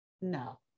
No